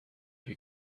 who